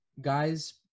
Guys